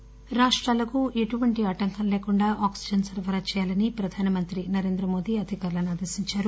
వివిధ రాష్టాలకు ఎటువంటి ఆటంకం లేకుండా ఆక్పిజన్ సరఫరా చేయాలని ప్రధానమంత్రి నరేంద్రమోది అధికారులను ఆదేశించారు